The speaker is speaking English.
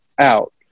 out